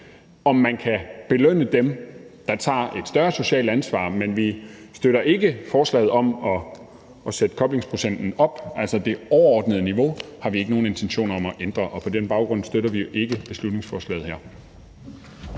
om man kan belønne dem, der tager et ansvar, men vi støtter ikke forslaget om at sætte koblingsprocenten op. Det overordnede niveau har vi ikke nogen intention om at ændre på, og på den baggrund støtter vi ikke beslutningsforslaget her.